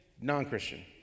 non-Christian